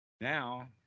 Now